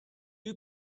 you